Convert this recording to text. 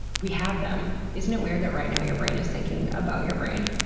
we have them. isn't it weird that right now your brain is thinking about your brain?